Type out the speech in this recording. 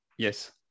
Yes